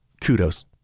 Kudos